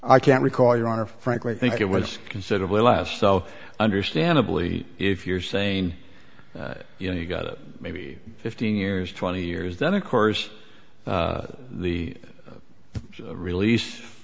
i can't recall your honor frankly i think it was considerably less so understandably if you're saying you know you got it maybe fifteen years twenty years then of course the release